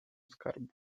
skarbu